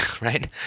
Right